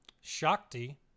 Shakti